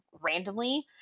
randomly